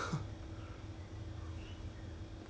oh but then you heard that as in did you did you buy whiskey